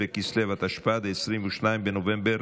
חרבות ברזל)